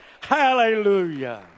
Hallelujah